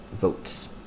votes